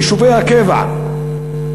ביישובי הקבע,